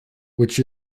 which